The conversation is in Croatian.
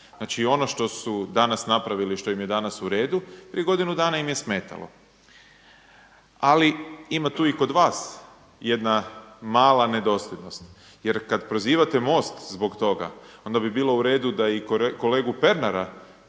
Znači ono što su danas napravili, što im je danas uredu, prije godinu dana im je smetalo. Ali ima tu i kod vas jedna mala nedosljednost jer kada prozivate MOST zbog toga onda bi bilo uredu da i kolegu Pernara